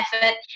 effort